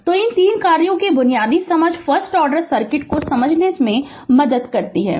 तो इन 3 कार्यों की बुनियादी समझ फर्स्ट आर्डर सर्किट को समझने में मदद करती है